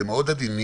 אתם מאוד עדינים.